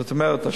זאת אומרת,